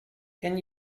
can